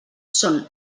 són